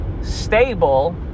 stable